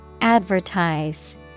Advertise